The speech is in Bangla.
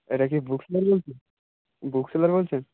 এটা কি বুকসেলার বুকসেলার বলছেন